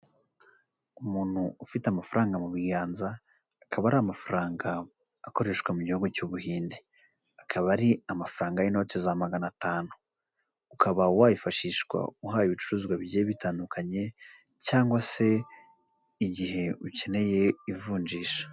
Umuntu ufite amafaranga mu biganza akaba ari amafaranga akoreshwa mu gihugu cy'ubuhinde, akaba ari amafaranga y'inote za magana atanu, ukaba wayifashishwa uhaha ibicuruzwa bigiye bitandukanye, cyangwa se igihe ukeneye ivunjisha.